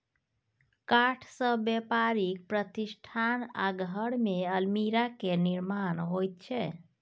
काठसँ बेपारिक प्रतिष्ठान आ घरमे अलमीरा केर निर्माण होइत छै